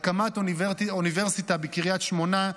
הקמת אוניברסיטה בקריית שמונה,